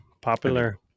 popular